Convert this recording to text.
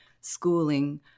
schooling